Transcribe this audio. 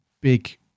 big